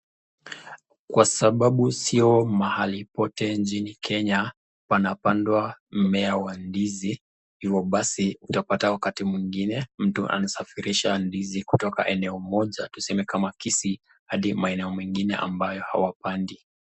Kwa sababu sio mahali pote nchini Kenya, panapandwa mmea wa ndizi hivo basi utapata wakati mwingine mtu alisafirisha ndizi kutoka eneo moja tuseme kama kisii adi maeneo mengine ambayo hawapandi.